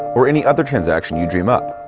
or any other transaction you dream up.